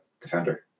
defender